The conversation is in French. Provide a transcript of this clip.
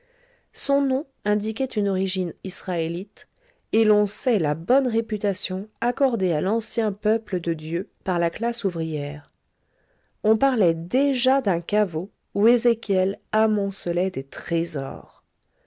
son nom indiquait une origine israélite et l'on sait la bonne réputation accordée à l'ancien peuple de dieu par la classe ouvrière on parlait déjà d'un caveau où ezéchiel amoncelait des trésors